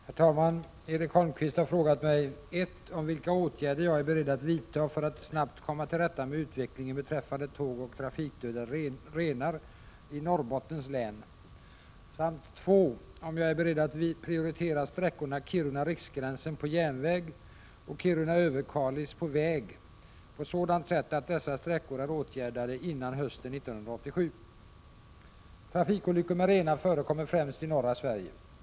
Herr talman! Erik Holmkvist har frågat mig 1. om vilka åtgärder jag är beredd att vidta för att snabbt komma till rätta med utvecklingen beträffande tågoch trafikdödade renar i Norrbottens län samt 2. om jag är beredd att prioritera sträckorna Kiruna-Riksgränsen på järnväg och Kiruna-Överkalix på väg på sådant sätt att dessa sträckor är åtgärdade före hösten 1987. Trafikolyckor med renar förekommer främst i norra Sverige.